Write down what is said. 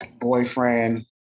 Boyfriend